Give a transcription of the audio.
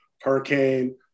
hurricane